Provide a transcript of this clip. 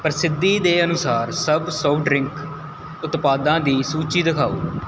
ਪ੍ਰਸਿੱਧੀ ਦੇ ਅਨੁਸਾਰ ਸਭ ਸੌ ਡਰਿੰਕ ਉਤਪਾਦਾਂ ਦੀ ਸੂਚੀ ਦਿਖਾਓ